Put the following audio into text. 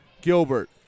Gilbert